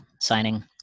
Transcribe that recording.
signing